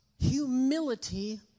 humility